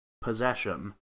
possession